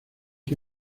que